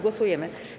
Głosujemy.